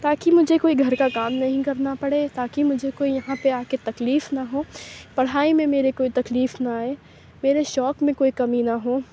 تاکہ مجھے کوئی گھر کا کام نہیں کرنا پڑے تاکہ مجھے کوئی یہاں پہ آ کے تکلیف نہ ہو پڑھائی میں میرے کوئی تکلیف نہ آئے میرے شوق میں کوئی کمی نہ ہوں